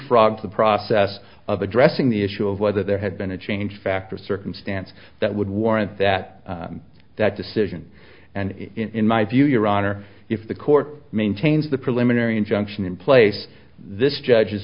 frogged the process of addressing the issue of whether there had been a change facto circumstance that would warrant that that decision and in my view your honor if the court maintains the preliminary injunction in place this judge